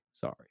sorry